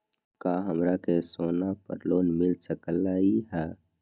का हमरा के सोना पर लोन मिल सकलई ह?